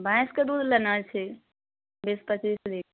भैंसके दूध लेना छै बीस पचीस ली